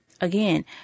Again